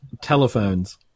Telephones